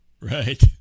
Right